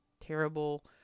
terrible